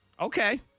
Okay